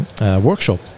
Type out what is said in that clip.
workshop